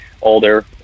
older